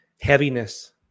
Heaviness